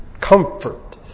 comfort